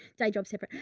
day job separate.